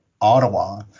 ottawa